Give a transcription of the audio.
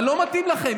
אבל לא מתאים לכם.